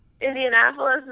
Indianapolis